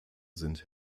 sind